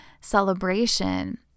celebration